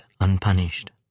unpunished